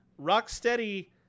Rocksteady